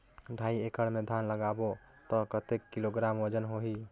ढाई एकड़ मे धान लगाबो त कतेक किलोग्राम वजन होही?